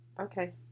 Okay